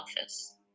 office